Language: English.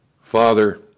Father